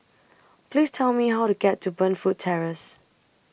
Please Tell Me How to get to Burnfoot Terrace